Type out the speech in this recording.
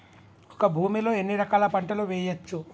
ఒక భూమి లో ఎన్ని రకాల పంటలు వేయచ్చు?